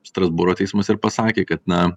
strasbūro teismas ir pasakė kad na